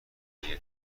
اگه